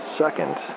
second